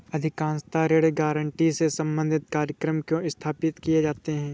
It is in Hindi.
अधिकांशतः ऋण गारंटी से संबंधित कार्यक्रम क्यों स्थापित किए जाते हैं?